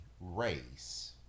race